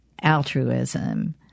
altruism